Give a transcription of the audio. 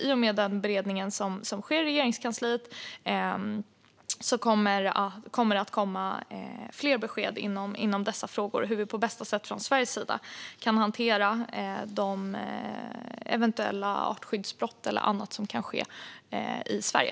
I och med den beredning som sker i Regeringskansliet kommer det att komma fler besked om hur vi på bästa sätt från Sveriges sida kan hantera de eventuella artskyddsbrott eller annat som kan ske i Sverige.